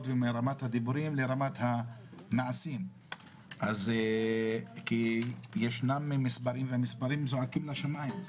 והדיבורים לרמת המעשים כי ישנם מספרים והמספרים זועקים לשמים.